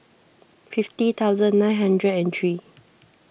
fifty thousand nine hundred and three